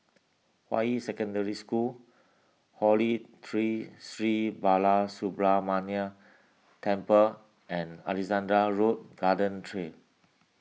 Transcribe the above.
Hua Yi Secondary School Holy Tree Sri Balasubramaniar Temple and Alexandra Road Garden Trail